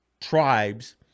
tribes